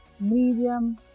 medium